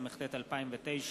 התשס"ט 2009,